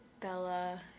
Bella